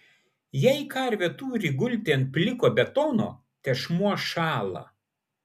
jei karvė turi gulti ant pliko betono tešmuo šąla